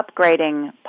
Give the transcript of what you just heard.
upgrading